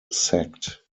sect